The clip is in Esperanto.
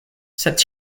sed